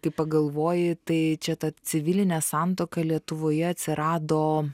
kai pagalvoji tai čia ta civilinė santuoka lietuvoje atsirado